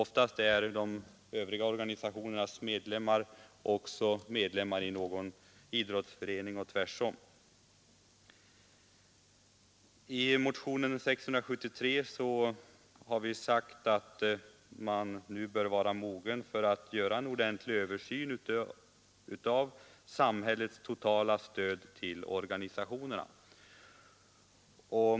Oftast är de övriga organisationernas medlemmar också medlemmar i någon idrottsförening, och tvärtom. I motionen 673 har vi sagt att man nu bör vara mogen för att göra en ordentlig översyn av samhällets totala stöd till organisationerna.